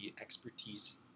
expertise